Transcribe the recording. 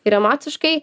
ir emociškai